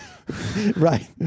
Right